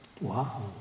wow